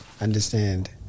understand